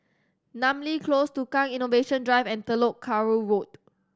Namly Close Tukang Innovation Drive and Telok Kurau Road